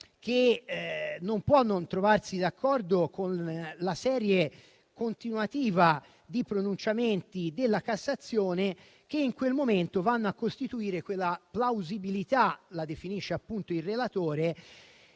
non può non trovarsi d'accordo con la serie continuativa di pronunciamenti della Cassazione, che in quel momento vanno a costituire quella "plausibilità" - così la definisce il relatore